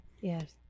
Yes